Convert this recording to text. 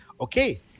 okay